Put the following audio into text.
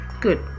good